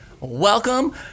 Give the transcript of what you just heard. welcome